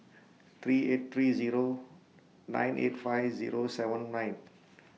three eight three Zero nine eight five Zero seven nine